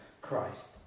Christ